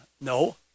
No